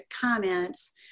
comments